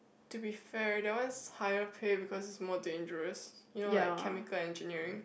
to be fair that one is higher pay because it's more dangerous you know like chemical engineering